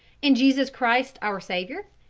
in jesus christ our saviour?